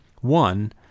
One